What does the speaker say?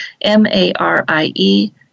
M-A-R-I-E